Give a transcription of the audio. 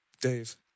Dave